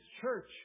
church